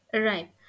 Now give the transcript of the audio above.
Right